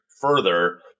further